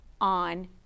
on